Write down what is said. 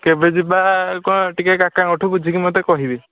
କେବେ ଯିବା କ'ଣ ଟିକିଏ କାକାଙ୍କଠୁ ବୁଝିକି ମୋତେ କହିବେ